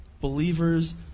believers